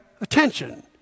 attention